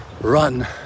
run